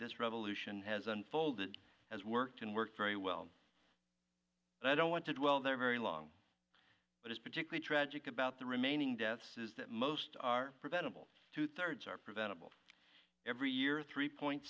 this revolution has unfolded has worked and worked very well and i don't want to dwell there very long but it's particularly tragic about the remaining deaths is that most are preventable two thirds are preventable every year three point